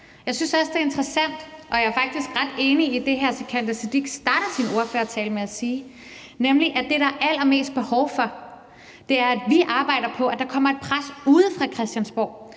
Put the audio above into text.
Jeg synes også, at det er interessant, og jeg er faktisk ret enig i det, hr. Sikandar Siddique starter sin ordførertale med at sige, at det, der er allermest behov for, er, at vi arbejder på, at der kommer et pres fra uden for Christiansborg